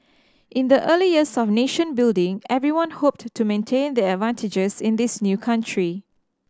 in the early years of nation building everyone hoped to maintain their advantages in this new country